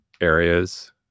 areas